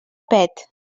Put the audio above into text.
pet